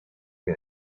que